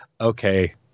Okay